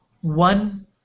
one